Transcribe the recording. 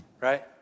right